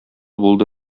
булды